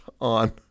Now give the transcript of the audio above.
on